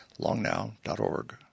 longnow.org